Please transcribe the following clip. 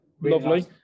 lovely